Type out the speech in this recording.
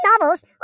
novels